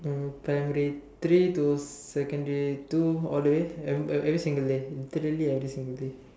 um primary three to secondary two all the way every every single day literally every single day